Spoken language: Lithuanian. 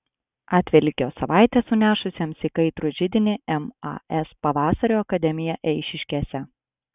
atvelykio savaitę sunešusiems į kaitrų židinį mas pavasario akademiją eišiškėse